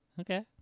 Okay